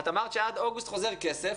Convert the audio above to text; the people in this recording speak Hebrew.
את אמרת שעד אוגוסט חוזר כסף,